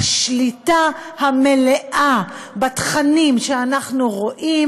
השליטה המלאה בתכנים שאנחנו רואים,